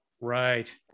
Right